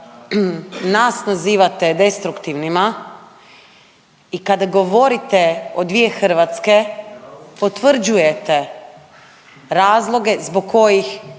nas nazivate destruktivnima i kada govorite o dvije Hrvatske potvrđujete razloge zbog kojih